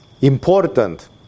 important